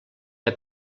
que